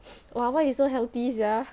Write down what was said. !wah! why you so healthy sia